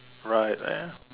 right eh